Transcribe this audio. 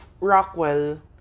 Rockwell